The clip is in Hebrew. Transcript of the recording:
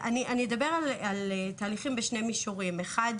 אני אדבר על תהליכים בשני מישורים: האחד